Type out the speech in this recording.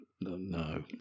no